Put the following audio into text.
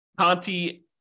Conti